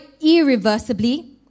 irreversibly